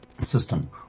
system